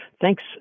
thanks